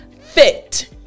fit